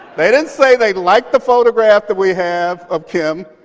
they didn't say they liked the photograph that we have of kim.